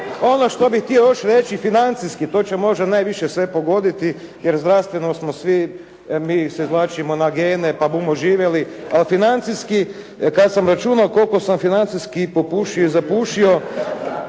Ono što bih još reći financijski, to će možda najviše sve pogoditi jer zdravstveno smo svi mi se izvlačimo na gene pa bumo živjeli, ali financijski kad sam računao koliko sam financijski popušio i zapušio,